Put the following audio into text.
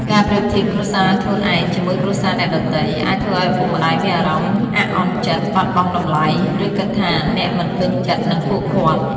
ការប្រៀបធៀបគ្រួសារខ្លួនឯងជាមួយគ្រួសារអ្នកដទៃ អាចធ្វើឲ្យឪពុកម្ដាយមានអារម្មណ៍ អាក់អន់ចិត្ត បាត់បង់តម្លៃ ឬគិតថាអ្នកមិនពេញចិត្តនឹងពួកគាត់។